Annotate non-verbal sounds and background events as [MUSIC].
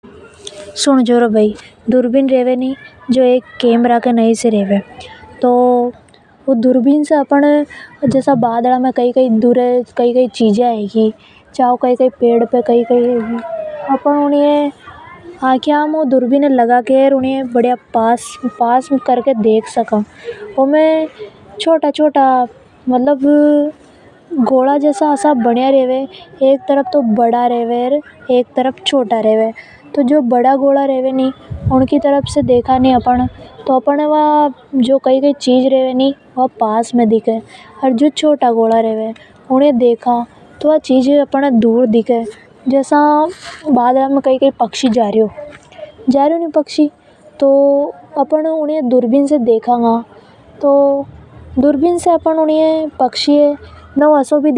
[NOISE] सुन जो र बई यो जो दूरबीन होवे नि उ एक कैमरा के नई से रेवे। ऊ दूरबीन से अपन जसा की बादल में कई कई जा रियो या फेर पेड़ पर कई कई दूर पक्षी है ऊनी ये अपन आसानी से देख सका। अपन आकिया में पास में लगाकर फेर देखा। दूरबीन में छोटा छोटा गोला बनिया रेवे जिनमें का च लगाया रेवे। अपन बड़ा गोला में ओर के देखा नि जे उनमें ओर तो अपन ने पास दिखे दूर की वस्तु। और जो छोटा गोला रेवे उनमें ओर के दूर की वस्तु और भी